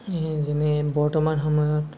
যেনে বৰ্তমান সময়ত